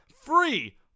free